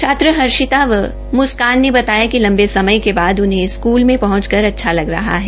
छात्र हर्षिता व म्स्कान ने बताया कि लंबे समय के बाद उन्हें स्कूल में पहंच कर अच्छा लग रहा है